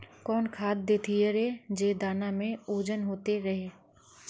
कौन खाद देथियेरे जे दाना में ओजन होते रेह?